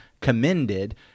commended